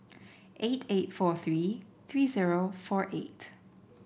eight eight four three three zero four eight